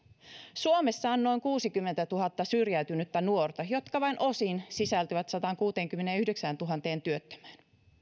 suomessa on noin kuusikymmentätuhatta syrjäytynyttä nuorta jotka vain osin sisältyvät sataankuuteenkymmeneenyhdeksääntuhanteen työttömään